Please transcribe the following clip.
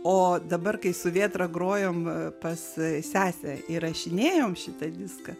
o dabar kai su vėtra grojom pas sesę įrašinėjom šitą diską